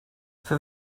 für